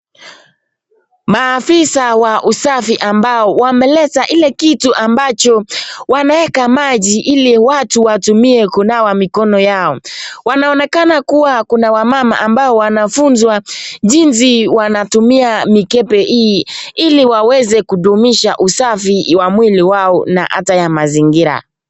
Maafisa wa usafi ambao wameleta ile kitu ambacho wanaeka maji ili watu watumie kunawa mikono yao, wanaonekana kuwa kuna wamama ambao wanafunzwa jinsi wanatumia mikebe hii ili waweze kudumisha usafi wa mwili wao na hata ya mazingira.